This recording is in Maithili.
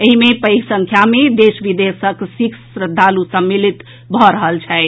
एहि मे पैध संख्या मे देश विदेशक सिख श्रद्धालु सम्मिलित भऽ रहल छथि